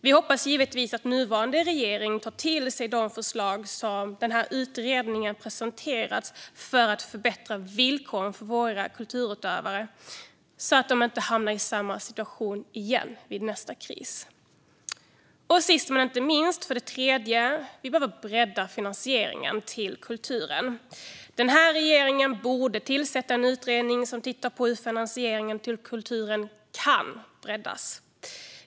Vi hoppas givetvis att nuvarande regering tar till sig de förslag som utredningen presenterat för att förbättra villkoren för våra kulturutövare så att de inte hamnar i samma situation igen vid nästa kris. För det tredje behöver finansieringen till kulturen breddas. Den här regeringen borde tillsätta en utredning som tittar på hur finansieringen till kulturen kan breddas.